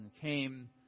came